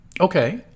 Okay